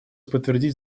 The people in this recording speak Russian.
подтвердить